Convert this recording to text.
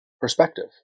perspective